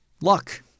luck